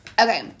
Okay